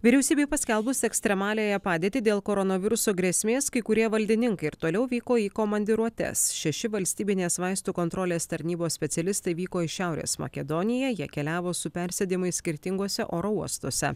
vyriausybei paskelbus ekstremaliąją padėtį dėl koronaviruso grėsmės kai kurie valdininkai ir toliau vyko į komandiruotes šeši valstybinės vaistų kontrolės tarnybos specialistai vyko į šiaurės makedoniją jie keliavo su persėdimais skirtinguose oro uostuose